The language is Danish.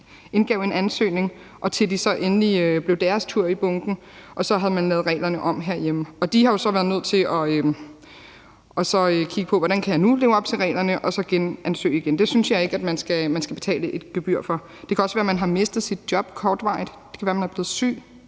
indgav en ansøgning, men da det endelig blev deres tur i bunken, havde man lavet reglerne om herhjemme. Og de har jo så været nødt til at kigge på, hvordan de nu kunne leve op til reglerne, og så genansøge igen. Det synes jeg ikke at man skal betale et gebyr for. Det kan også være, at man kortvarigt har mistet sit job; det kan være, at man er blevet syg,